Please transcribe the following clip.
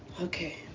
Okay